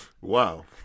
Wow